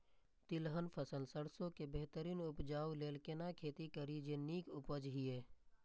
तिलहन फसल सरसों के बेहतरीन उपजाऊ लेल केना खेती करी जे नीक उपज हिय?